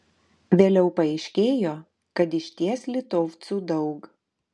vėliau paaiškėjo kad išties litovcų daug